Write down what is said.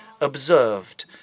observed